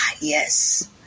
Yes